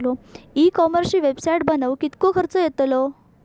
E कॉमर्सची website बनवक किततो खर्च येतलो?